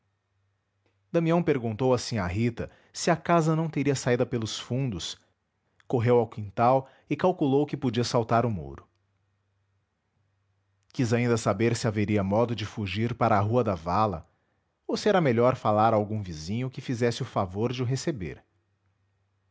damião perguntou a sinhá rita se a casa não teria saída pelos fundos correu ao quintal e calculou que podia saltar o muro quis ainda saber se haveria modo de fugir para a rua da vala ou se era melhor falar a algum vizinho que fizesse o favor de o receber